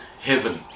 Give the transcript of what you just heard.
heaven